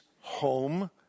home